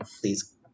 please